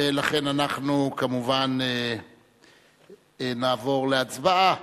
ולכן אנחנו כמובן נעבור להצבעה,